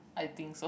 I think so